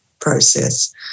process